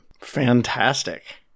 Fantastic